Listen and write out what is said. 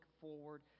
forward